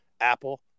Apple